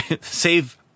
save